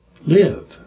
live